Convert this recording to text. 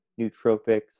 nootropics